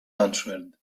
answered